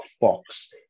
Fox